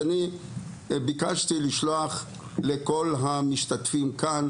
שאני ביקשתי לשלוח לכל המשתתפים כאן.